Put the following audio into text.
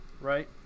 Right